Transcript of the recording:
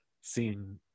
seeing